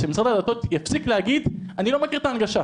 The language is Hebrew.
שמשרד הדתות יפסיק להגיד אני לא מכיר את ההנגשה.